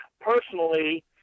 Personally